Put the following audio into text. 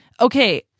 Okay